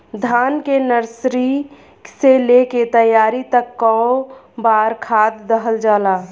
धान के नर्सरी से लेके तैयारी तक कौ बार खाद दहल जाला?